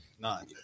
None